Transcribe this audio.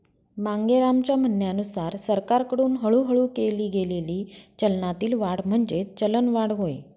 मांगेरामच्या म्हणण्यानुसार सरकारकडून हळूहळू केली गेलेली चलनातील वाढ म्हणजेच चलनवाढ होय